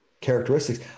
characteristics